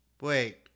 Wait